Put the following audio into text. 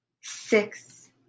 six